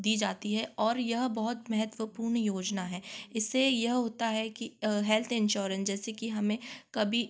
दी जाती है और यह बहुत महत्वपूर्ण योजना है इससे यह होता है कि अ हेल्थ इंश्योरेंस जैसे कि हमें कभी